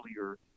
earlier